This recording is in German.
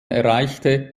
erreichte